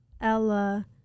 Ella